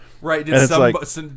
Right